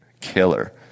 killer